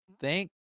thank